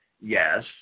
Yes